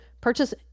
purchase